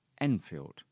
Enfield